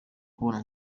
kubona